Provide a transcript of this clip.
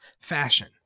fashion